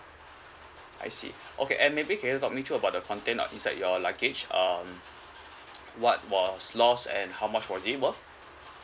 I see okay and maybe can you talk me through about the content uh inside your luggage um what was lost and how much were they worth